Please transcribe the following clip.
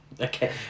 Okay